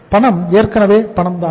பணம் ஏற்கனவே பணம்தான்